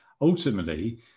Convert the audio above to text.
ultimately